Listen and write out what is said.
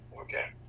Okay